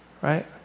Right